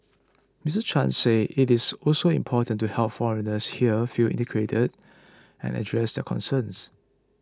Mister Chan said it is also important to help foreigners here feel integrated and address their concerns